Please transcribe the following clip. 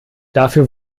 dafür